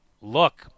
Look